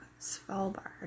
Svalbard